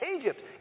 Egypt